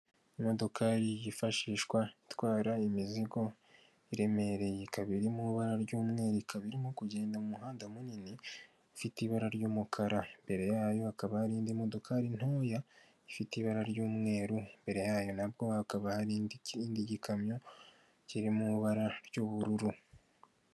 Imodoka yifashishwa itwara imizigo iremereye, ikaba iri mu ibara ry'umweru, ikaba irimo kugenda mu muhanda munini ufite ibara ry'umukara, imbere yayo hakaba harindi imodokari ntoya ifite ibara ry'umweru, imbere yayo nabwo hakaba hari ikindi gikamyo kiri mu ibara ry'ubururu.